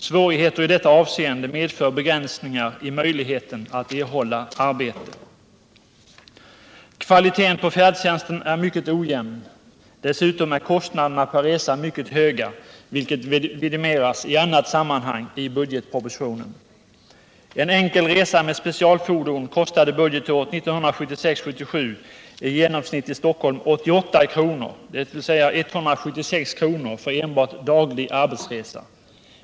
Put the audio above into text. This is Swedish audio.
Svårigheter i detta avseende medför begränsningar i möjligheten att erhålla arbete. Kvaliteten på färdtjänsten är mycket ojämn. Dessutom är kostnaderna per resa mycket höga, vilket vidimeras i annat sammanhang i budgetpropositionen. En enkel resa med specialfordon kostade budgetåret 1976/77 i genomsnitt i Stockholm 88 kr., dvs. 176 kr. för enbart daglig arbetsresa.